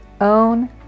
own